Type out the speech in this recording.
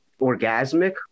orgasmic